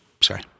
Sorry